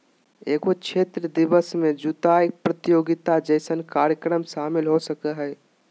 एगो क्षेत्र दिवस में जुताय प्रतियोगिता जैसन कार्यक्रम शामिल हो सकय हइ